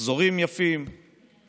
המשמעותיות העולות